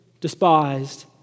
despised